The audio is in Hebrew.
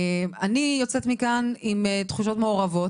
אני יוצאת מכאן עם תחושות מעורבות.